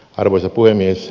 arvoisa puhemies